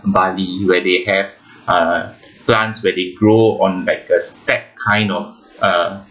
bali where they have uh plants where they grow on like a step kind of uh